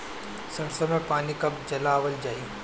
सरसो में पानी कब चलावल जाई?